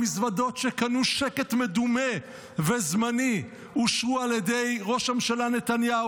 המזוודות שקנו שקט מדומה וזמני אושרו על ידי ראש הממשלה נתניהו,